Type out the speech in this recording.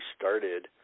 started